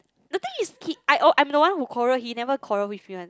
the thing is he I'm the one who quarrel he never quarrel with me one